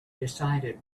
decided